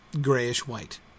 grayish-white